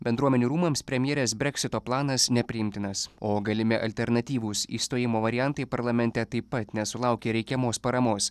bendruomenių rūmams premjerės breksito planas nepriimtinas o galimi alternatyvūs išstojimo variantai parlamente taip pat nesulaukė reikiamos paramos